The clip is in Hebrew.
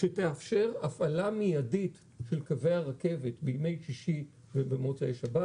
שתאפשר הפעלה מיידית של קווי הרכבת בימי שיש ובמוצאי שבת.